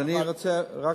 אז אני רוצה רק,